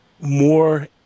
more